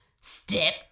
Step